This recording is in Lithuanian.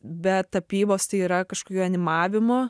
be tapybos tai yra kažkokiu animavimu